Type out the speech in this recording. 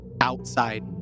outside